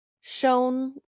shown